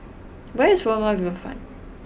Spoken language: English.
where is Furama Riverfront